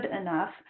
enough